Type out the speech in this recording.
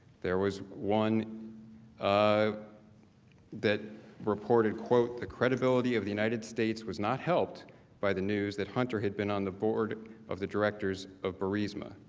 there was one that reported quote, the credibility of the united states was not helped by the news that hunter had been on the board of the directors of burisma.